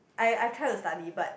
I I tried to study but